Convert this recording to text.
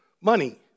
money